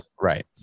right